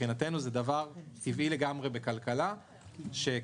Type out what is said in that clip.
מבחינתנו זה דבר טבעי לגמרי בכלכלה שכשיש